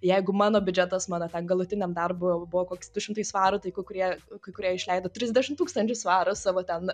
jeigu mano biudžetas mano ten galutiniam darbo buvo koks du šimtai svarų tai kai kurie kai kurie išleido trisdešim tūkstančių svarų savo ten